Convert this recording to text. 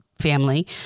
family